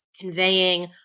Conveying